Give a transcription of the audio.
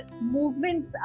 movements